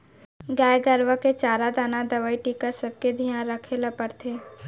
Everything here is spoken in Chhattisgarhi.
गाय गरूवा के चारा दाना, दवई, टीका सबके धियान रखे ल परथे